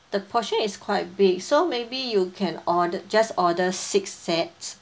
the portion is quite big so maybe you can order just order six sets